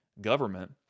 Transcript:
government